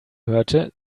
hörte